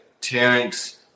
Terrence